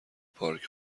پارک